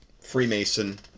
Freemason